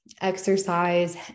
exercise